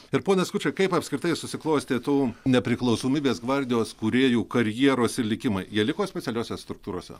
ir ponas skučai kaip apskritai susiklostė tų nepriklausomybės gvardijos kūrėjų karjeros ir likimai jie liko specialiose struktūrose